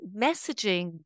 messaging